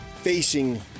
facing